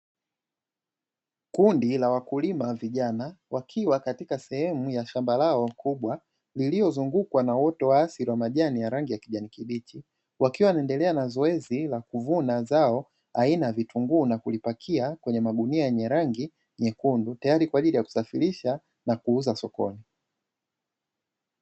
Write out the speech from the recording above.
Kundi la wakulima vijana, wakiwa katika sehemu ya shamba lao kubwa liliozungukwa na uoto wa asili wa majani ya rangi ya kijani kibichi. Wakiwa wanaendelea na zoezi la kuvuna zao aina ya vitunguu, na kulipakia kwenye magunia yenye rangi nyekundu tayari kwa ajili ya kusafirisha na kuuza sokoni.